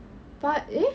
八 eh